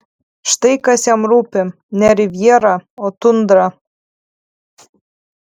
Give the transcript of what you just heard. štai kas jam rūpi ne rivjera o tundra